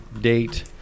date